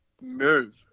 move